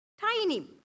Tiny